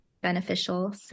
beneficial